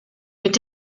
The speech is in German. mit